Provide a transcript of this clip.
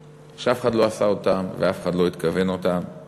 שאף אחד לא עשה אותן ואף אחד לא התכוון אליהן.